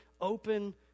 open